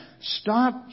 Stop